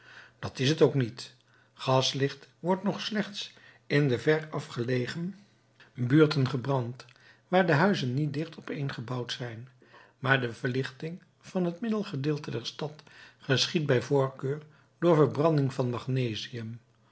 dat is het ook niet gaslicht wordt nog slechts in de veraf gelegen buurten gebrand waar de huizen niet dicht opeen gebouwd zijn maar de verlichting van het middengedeelte der stad geschiedt bij voorkeur door verbranding van magnesium